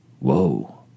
Whoa